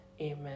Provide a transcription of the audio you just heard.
Amen